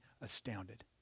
astounded